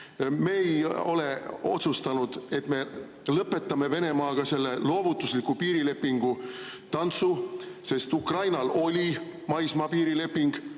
Me ei ole otsustanud, et me lõpetame Venemaaga selle loovutusliku piirilepingu tantsu. Ukrainal oli maismaapiirileping.